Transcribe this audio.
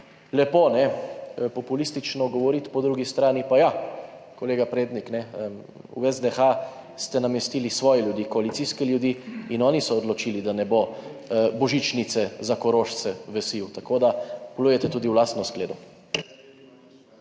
lepo populistično govoriti, po drugi strani pa ja, kolega Prednik, v SDH ste namestili svoje ljudi, koalicijske ljudi in oni so odločili, da ne bo božičnice za Korošce v SIJ, tako da pljujete tudi v lastno skledo.